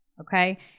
okay